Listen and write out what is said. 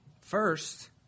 First